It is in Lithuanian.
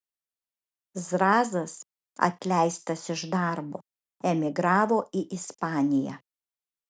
zrazas atleistas iš darbo emigravo į ispaniją